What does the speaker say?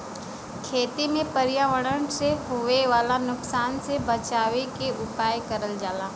खेती में पर्यावरण से होए वाला नुकसान से बचावे के उपाय करल जाला